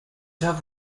have